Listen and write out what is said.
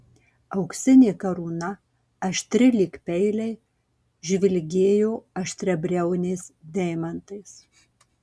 auksinė karūna aštri lyg peiliai žvilgėjo aštriabriauniais deimantais